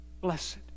Blessed